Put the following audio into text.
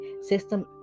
system